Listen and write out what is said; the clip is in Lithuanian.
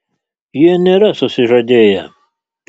jie nėra susižadėję